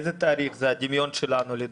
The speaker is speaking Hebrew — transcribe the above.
באיזה תאריך זה לפי הדיון שלנו לדוגמה?